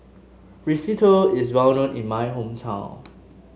risotto is well known in my hometown